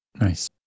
Nice